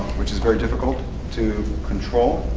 which is very difficult to control.